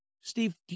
Steve